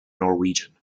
norwegian